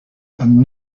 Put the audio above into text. and